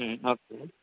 okay